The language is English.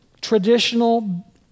traditional